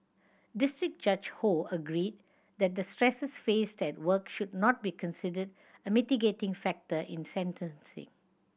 district Judge Ho agreed that the stresses faced at work should not be considered a mitigating factor in sentencing